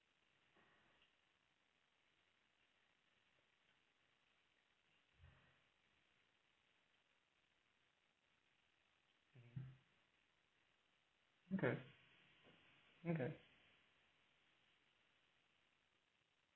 okay okay